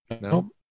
No